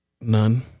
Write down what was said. None